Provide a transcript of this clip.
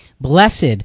Blessed